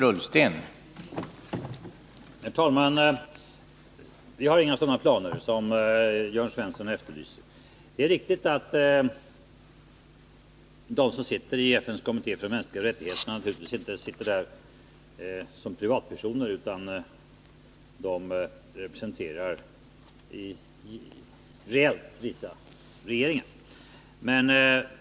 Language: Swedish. Herr talman! Vi har inga sådana planer som Jörn Svensson efterlyser. Det är riktigt att de som sitter i FN:s kommitté för de mänskliga rättigheterna inte gör det som privatpersoner, utan att de reellt sett representerar vissa regeringar.